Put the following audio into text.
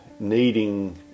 needing